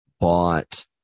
bought